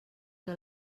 que